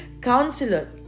counselor